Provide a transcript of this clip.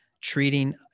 treating